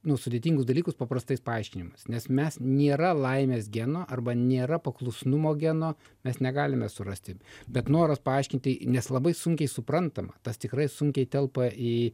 nu sudėtingus dalykus paprastais paaiškinimais nes mes nėra laimės geno arba nėra paklusnumo geno mes negalime surasti bet noras paaiškinti nes labai sunkiai suprantama tas tikrai sunkiai telpa į